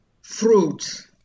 Fruit